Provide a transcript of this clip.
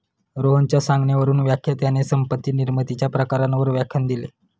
रोहनच्या सांगण्यावरून व्याख्यात्याने संपत्ती निर्मितीच्या प्रकारांवर व्याख्यान दिले